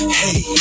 hey